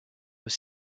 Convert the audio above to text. aux